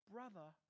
Brother